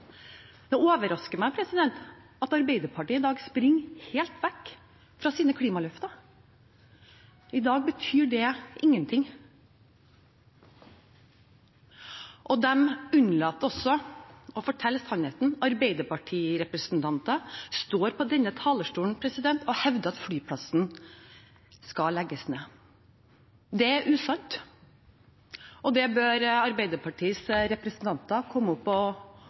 Det overrasker meg at Arbeiderpartiet i dag springer helt vekk fra sine klimaløfter. I dag betyr de ingenting. De unnlater også å fortelle sannheten. Arbeiderparti-representanter står på denne talerstolen og hevder at flyplassen skal legges ned. Det er usant, og det bør Arbeiderpartiets representanter komme opp